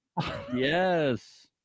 yes